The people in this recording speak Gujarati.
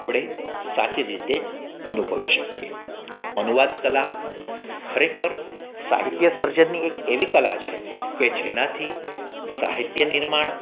આપણે સાચી રીતે અનુભવી શકીએ અનુવાદ કલા ખરેખર સાહિત્ય સર્જનની એક એવી કલા છે કે જેનાથી સાહિત્ય નિર્માણ